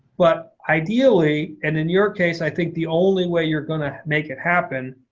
but, ideally and in your case i think the only way you're going to make it happen,